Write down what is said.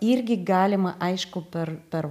irgi galima aišku per per